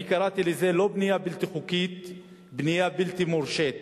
אני קראתי לזה לא בנייה בלתי חוקית אלא בנייה בלתי מורשית.